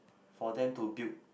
for them to build